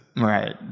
Right